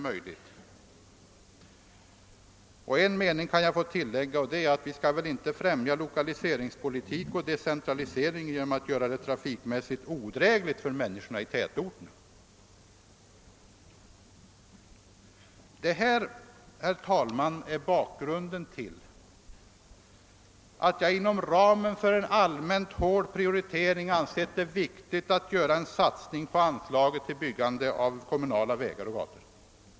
Mitt anförande blev, ärade kammarledamöter, kanske något utförligare än vad jag från början hade tänkt mig. Jag har dock här velat beskriva bakgrunden till att jag inom ramen för en allmänt hård prioritering anser det viktigt med en satsning på byggandet av kommunala vägar och gator.